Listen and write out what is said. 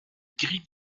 gris